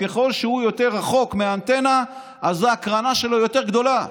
ככל שהוא יותר רחוק מהאנטנה אז ההקרנה שלו יותר גדולה.